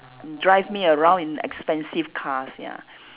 drive me around in expensive cars ya